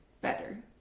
better